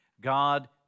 God